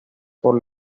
por